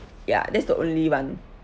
ya that's the only one